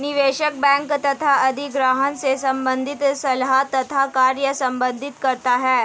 निवेश बैंक तथा अधिग्रहण से संबंधित सलाह तथा कार्य संपादित करता है